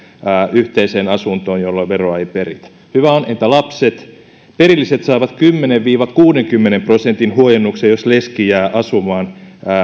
yhteiseen asuntoon jolloin veroa ei peritä hyvä on entä lapset perilliset saavat kymmenen viiva kuudenkymmenen prosentin huojennuksen jos leski jää asumaan